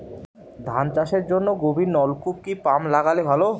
ধান চাষের জন্য গভিরনলকুপ কি পাম্প লাগালে ভালো?